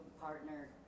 partner